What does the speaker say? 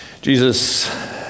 Jesus